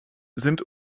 sind